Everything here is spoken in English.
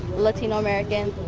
latino americans,